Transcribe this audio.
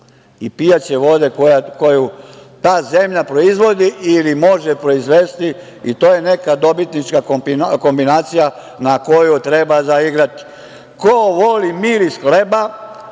i pijaće vode koju ta zemlja proizvodi ili može proizvesti i to je neka dobitnička kombinacija na koju treba zaigrati. Ko voli miris hleba